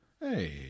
Hey